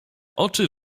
oczy